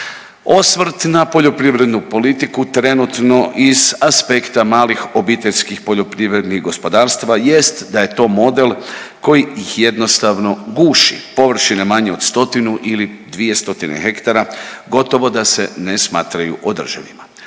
Osvrt na poljoprivrednu politiku trenutno iz aspekta malih obiteljskih poljoprivrednih gospodarstava jest da je to model koji jednostavno guši površine manje od stotinu ili dvije stotine hektara gotovo da se ne smatraju održivima.